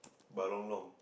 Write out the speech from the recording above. balonglong